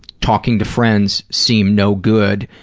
talking to friends seem no good,